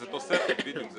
זה התוספת, בדיוק.